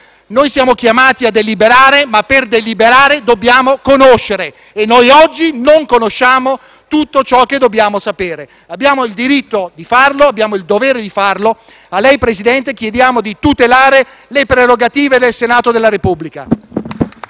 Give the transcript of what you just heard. Noi siamo chiamati a deliberare, ma per deliberare dobbiamo conoscere e noi oggi non conosciamo tutto ciò che dobbiamo sapere. Abbiamo il diritto e il dovere di farlo. A lei, Presidente, chiediamo di tutelare le prerogative del Senato della Repubblica.